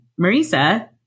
Marisa